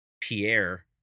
Pierre –